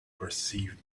perceived